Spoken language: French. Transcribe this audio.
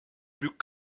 plus